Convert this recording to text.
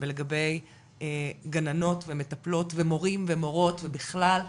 ולגבי גננות ומטפלות ומורים ומורות ובכלל,